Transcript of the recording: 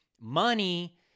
money